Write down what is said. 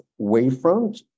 Wavefront